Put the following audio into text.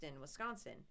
Wisconsin